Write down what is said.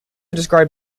describe